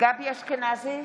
גבי אשכנזי,